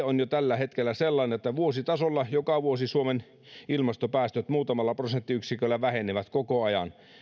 on jo tällä hetkellä sellainen että vuositasolla joka vuosi suomen ilmastopäästöt muutamalla prosenttiyksiköllä vähenevät koko ajan